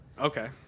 Okay